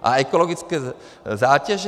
A ekologické zátěže?